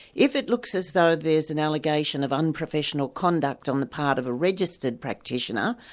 if it looks as though there's an allegation of unprofessional conduct on the part of a registered practitioner,